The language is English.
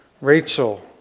Rachel